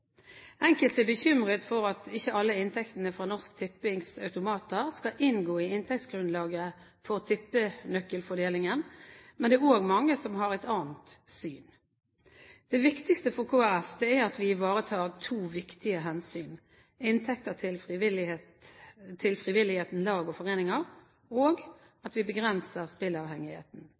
Enkelte er bekymret for at ikke alle inntektene fra Norsk Tippings automater skal inngå i inntektsgrunnlaget for tippenøkkelfordelingen. Men det er også mange som har et annet syn. Det viktigste for Kristelig Folkeparti er at vi ivaretar to viktige hensyn: inntekter til frivilligheten, lag og foreninger, og at vi begrenser